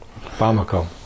Bamako